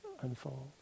unfold